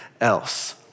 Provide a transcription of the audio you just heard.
else